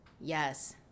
Yes